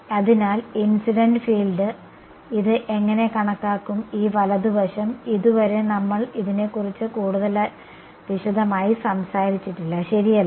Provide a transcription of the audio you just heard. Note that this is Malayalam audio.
അതിനാൽ ഇൻസിഡന്റ് ഫീൽഡ് ഇത് എങ്ങനെ കണക്കാക്കും ഈ വലതു വശം ഇതുവരെ നമ്മൾ ഇതിനെക്കുറിച്ചു കൂടുതൽ വിശദമായി സംസാരിച്ചിട്ടില്ല ശരിയല്ലേ